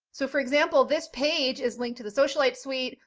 so for example, this page is linked to the socialite suite,